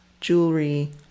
jewelry